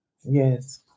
Yes